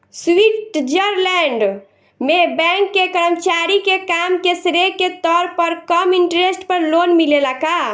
Switzerland में bank के कर्मचारी के काम के श्रेय के तौर पर कम इंटरेस्ट पर लोन मिलेला का?